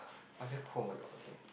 I very cold oh-my-god okay